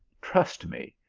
trust me,